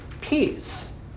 peace